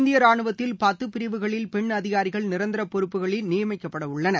இந்திய ராணுவத்தில் பத்து பிரிவுகளில் பெண் அதிகாரிகள் நிரந்தர பொறுப்புகளில் நியமிக்கப்பட உள்ளனர்